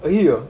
அய்யயோ:aiyayoo